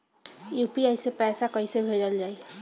UPI से पैसा कइसे भेजल जाई?